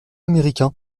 américain